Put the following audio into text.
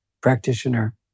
practitioner